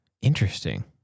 Interesting